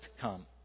come